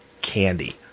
candy